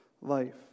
life